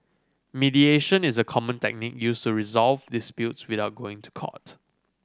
mediation is a common used to resolve disputes without going to court